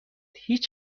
هیچ